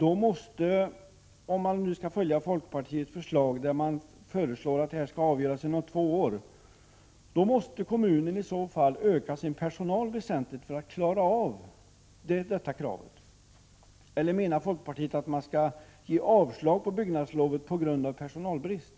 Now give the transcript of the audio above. måste kommunen — om man skall följa folkpartiets förslag att ärendet skall avgöras inom två år — öka sin personal väsentligt för att klara sina uppgifter. Eller menar folkpartiet att man skall ge avslag på byggnadslovsansökningar på grund av personalbrist?